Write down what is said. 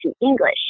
English